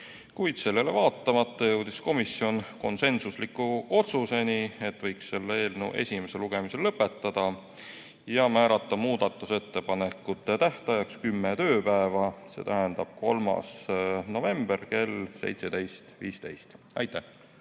Kuid sellele vaatamata jõudis komisjon konsensuslikule otsusele, et võiks selle eelnõu esimese lugemise lõpetada ja määrata muudatusettepanekute tähtajaks kümme tööpäeva, see tähendab 3. november kell 17.15. Aitäh,